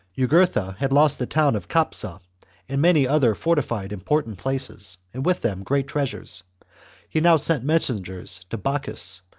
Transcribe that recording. jugurtha had lost the town of capsa and many other fortified important places, and with them great treasures he now sent messengers to bocchus,